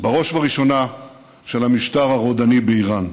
בראש ובראשונה המשטר הרודני באיראן.